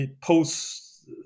post